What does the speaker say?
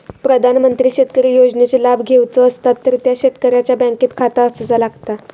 प्रधानमंत्री शेतकरी योजनेचे लाभ घेवचो असतात तर त्या शेतकऱ्याचा बँकेत खाता असूचा लागता